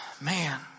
man